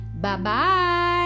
Bye-bye